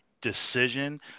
decision